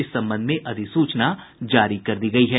इस संबंध में अधिसूचना जारी कर दी गयी है